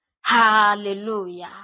Hallelujah